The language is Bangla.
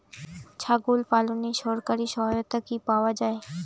ছাগল পালনে সরকারি সহায়তা কি পাওয়া যায়?